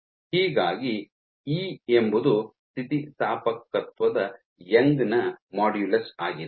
ಹೀಗಾಗಿ ಇ ಎಂಬುದು ಸ್ಥಿತಿಸ್ಥಾಪಕತ್ವದ ಯಂಗ್ ನ ಮಾಡ್ಯುಲಸ್ ಆಗಿದೆ